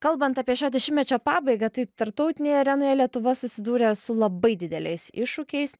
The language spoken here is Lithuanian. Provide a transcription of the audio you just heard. kalbant apie šio dešimtmečio pabaigą tai tarptautinėje arenoje lietuva susidūrė su labai dideliais iššūkiais